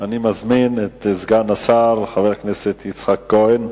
אני מזמין את סגן השר חבר הכנסת יצחק כהן.